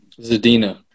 Zadina